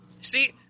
see